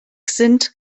sind